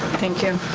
thank you.